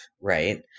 right